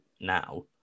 now